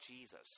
Jesus